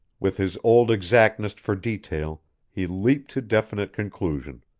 with his old exactness for detail he leaped to definite conclusion.